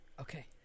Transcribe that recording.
Okay